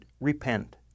repent